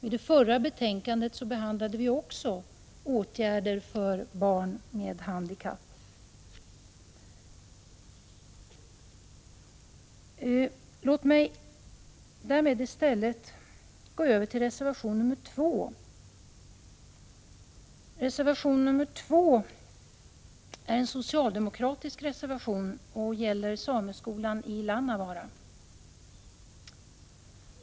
I det förra betänkandet behandlade vi också åtgärder för barn med handikapp. Låt mig därmed i stället gå över till reservation 2. Det är en socialdemokratisk reservation som gäller sameskolan i Lannavaara.